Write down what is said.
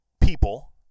people